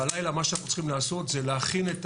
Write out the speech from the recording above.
בלילה מה שאנחנו צריכים לעשות זה להכין את